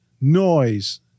noise